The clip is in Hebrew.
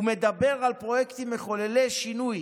הוא מדבר על פרויקטים מחוללי שינוי